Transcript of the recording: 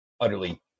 utterly